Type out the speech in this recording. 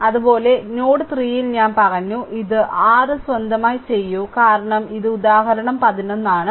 അതുപോലെ നോഡ് 3 ൽ ഞാൻ പറഞ്ഞു ഇത് r സ്വന്തമായി ചെയ്യൂ കാരണം ഇത് ഉദാഹരണം 11 ആണ്